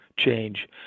change